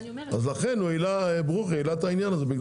לכן ברוכי העלה את העניין הזה.